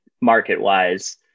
market-wise